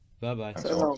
Bye-bye